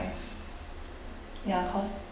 ya cause